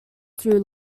through